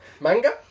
manga